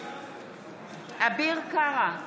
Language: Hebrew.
אביר קארה,